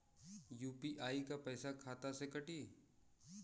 UPI क पैसा खाता से कटी?